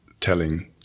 telling